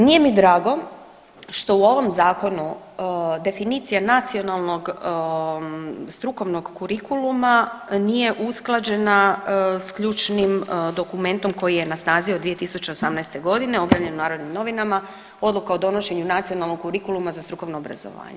Nije mi drago što u ovom zakonu definicija nacionalnog strukovnog kurikuluma nije usklađena s ključnim dokumentom koji je na snazi od 2018.g., objavljen u Narodnim Novinama, odluka o donošenju nacionalnog kurikuluma za strukovno obrazovanje.